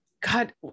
god